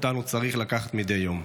שאותן הוא צריך לקחת מדי יום.